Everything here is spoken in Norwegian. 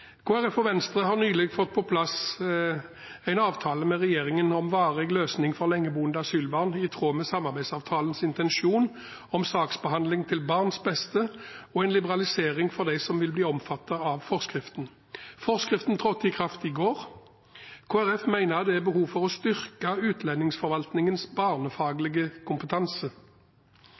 Folkeparti og Venstre har nylig fått på plass en avtale med regjeringen om varig løsning for lengeboende asylbarn i tråd med samarbeidsavtalens intensjon om saksbehandling til barns beste og en liberalisering for dem som vil bli omfattet av forskriften. Forskriften trådte i kraft i går. Kristelig Folkeparti mener det er behov for å styrke utlendingsforvaltningens barnefaglige kompetanse.